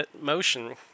motion